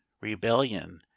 rebellion